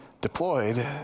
deployed